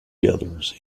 gatherers